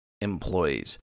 employees